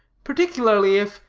particularly if,